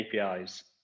apis